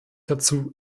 dazu